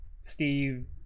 Steve